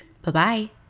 Bye-bye